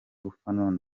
buffon